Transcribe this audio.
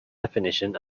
definition